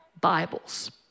Bibles